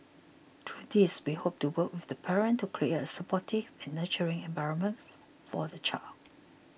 through these we hope to work with the parent to create a supportive and nurturing environment for the child